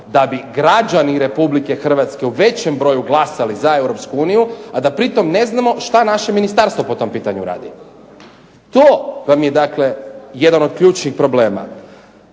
da bi građani RH u većem broju glasali za EU, a da pritom ne znamo što naše ministarstvo po tom pitanju radi. To vam je dakle, jedan od ključnih problema.